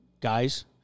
Guys